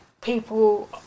people